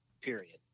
period